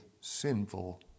sinful